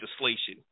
legislation